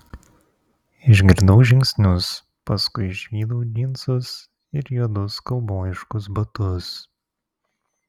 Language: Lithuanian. išgirdau žingsnius paskui išvydau džinsus ir juodus kaubojiškus batus